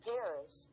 Paris